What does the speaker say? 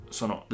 sono